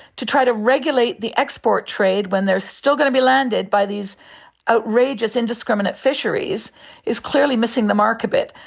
to try to regulate the export trade when they are still going to be landed by these outrageous indiscriminate fisheries is clearly missing the mark a bit.